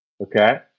Okay